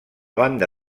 banda